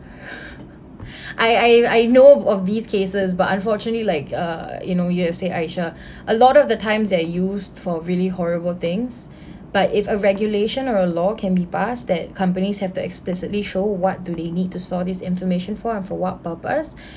I I I know of these cases but unfortunately like uh you know you have said aisha a lot of the times they're used for really horrible things but if a regulation or a law can be passed that companies have to explicitly show what do they need to store this information for and for what purpose